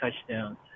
touchdowns